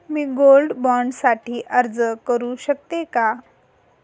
मी gold bond साठी अर्ज करु शकते का?